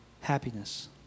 happiness